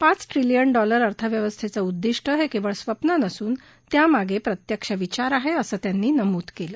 पाच trillion dollar अर्थव्यवस्थाउद्दिष्ट हक्कीळ स्वप्न नसून त्यामागप्रित्यक्ष विचार आहा असं त्यांनी नमूद कल्ल